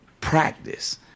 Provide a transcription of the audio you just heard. practice